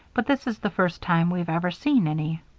but this is the first time we've ever seen any.